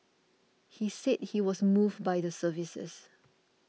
he said he was moved by the services